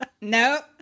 Nope